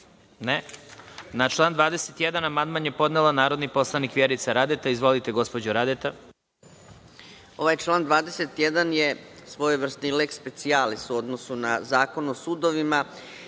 (Ne.)Na član 21. amandman je podnela narodni poslanik Vjerica Radeta. Izvolite, gospođo Radeta. **Vjerica Radeta** Ovaj član 21. je svojevrsni leh specijalis u odnosu na Zakon o sudovima